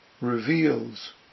reveals